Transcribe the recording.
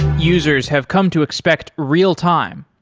users have come to expect real-time.